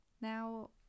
Now